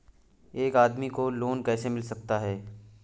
एक आदमी को लोन कैसे मिल सकता है?